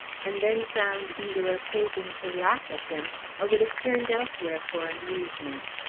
and then found either occasion to laugh at him or would have turned elsewhere for amusement.